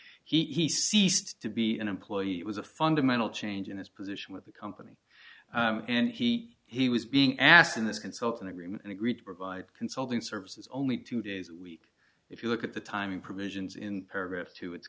d he ceased to be an employee it was a fundamental change in his position with the company and he he was being asked in this consulting agreement and agreed to provide consulting services only two days a week if you look at the timing provisions in paragraph two it's